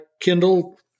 Kindle